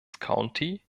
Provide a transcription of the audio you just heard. county